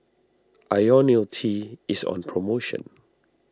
Ionil T is on promotion